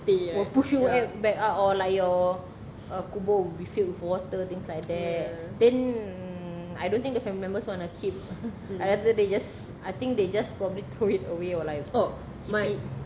it will push you back out or like your kubur will be filled with water things like that then I don't think the family members wanna keep either they just I think they just probably throw it away or like keep it